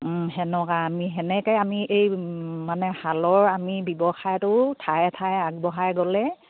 তেনেকৈ আমি তেনেকৈ আমি এই মানে শালৰ আমি ব্যৱসায়টোও ঠায়ে ঠায়ে আগবঢ়াই গ'লে